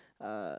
uh